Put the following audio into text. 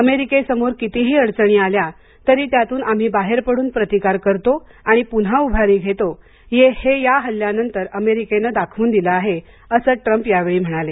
अमेरिकेसमोर कितीही अडचणी आल्या तरी त्यातून आम्ही बाहेर पडून प्रतिकार करतो आणि पुन्हा उभारी घेतो हे या ह्ल्ल्यानंतर अमेरिकेनं दाखवून दिलं आहे असं ट्रम्प यावेळी म्हणाले